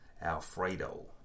Alfredo